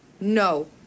No